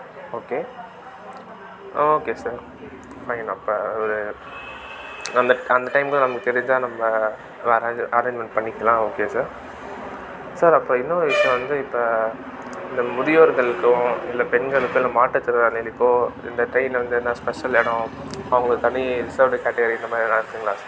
okay okay sir fine அப்போ ஒரு அந்த அந்த டைம் தான் நமக்கு தெரிஞ்சா நம்ப அரேஞ்ச் அரேஞ்ச்மெண்ட் பண்ணிக்கலாம் ஓகே சார் சார் அப்புறோம் இன்னோரு விஷயோம் வந்து இப்போ இந்த முதியோர்களுக்கும் இல்லை பெண்களுக்கு இல்லை மாற்றுத்திறனாளிகளுக்கோ இந்த ட்ரெயினில் வந்து எதனா ஸ்பெஷல் இடோம் அவங்க ஒரு தனி ரிசர்வ்டு கேட்டகிரி இந்த மாதிரி ஏதா இருக்குதுங்களா சார்